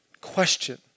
question